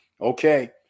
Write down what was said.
okay